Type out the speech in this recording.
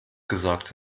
gesagt